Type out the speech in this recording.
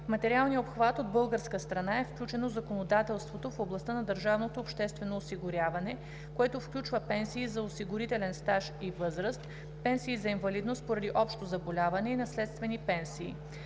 материалния обхват от българска страна е включено законодателството в областта на държавното обществено осигуряване, което включва пенсии за осигурителен стаж и възраст, пенсии за инвалидност поради общо заболяване и наследствени пенсии.